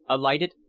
alighted,